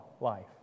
life